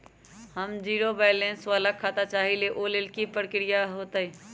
हम zero balance वाला खाता चाहइले वो लेल की की प्रक्रिया होतई?